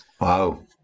Wow